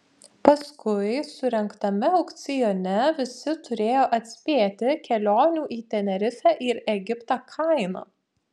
paskui surengtame aukcione visi turėjo atspėti kelionių į tenerifę ir egiptą kainą